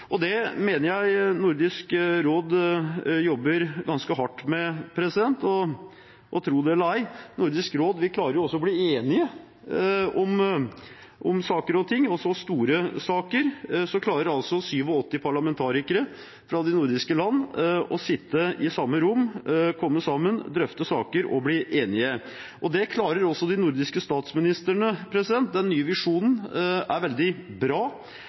Det mener jeg Nordisk råd jobber ganske hardt med, og tro det eller ei: I Nordisk råd klarer vi å bli enige om saker og ting, også store saker – 87 parlamentarikere fra de nordiske land klarer å sitte i samme rom, komme sammen, drøfte saker og bli enige. Det klarer også de nordiske statsministrene. Den nye visjonen er veldig bra,